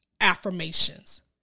affirmations